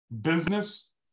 business